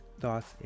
thoughts